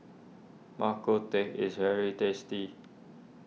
Bak Kut Teh is very tasty